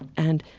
and,